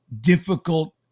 difficult